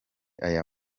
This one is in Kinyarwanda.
aya